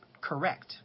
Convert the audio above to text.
correct